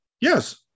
yes